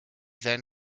then